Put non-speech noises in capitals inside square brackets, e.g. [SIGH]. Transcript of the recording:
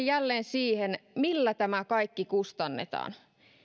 [UNINTELLIGIBLE] jälleen siihen millä tämä kaikki kustannetaan